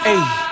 Ayy